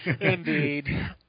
indeed